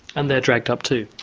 and they're dragged up too?